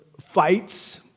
fights